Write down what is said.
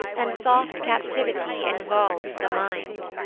and soft captivity involves the mind.